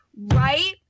right